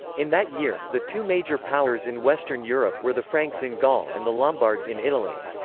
in that year, the two major powers in western europe were the franks in gaul and the lombards in italy.